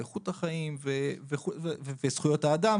איכות החיים וזכויות האדם.